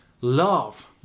love